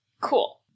Cool